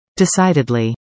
decidedly